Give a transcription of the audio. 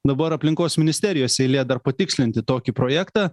dabar aplinkos ministerijos eilė dar patikslinti tokį projektą